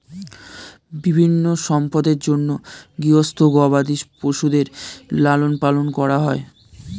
বিভিন্ন সম্পদের জন্যে গৃহস্থ গবাদি পশুদের লালন পালন করা হয়